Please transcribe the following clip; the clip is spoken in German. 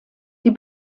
die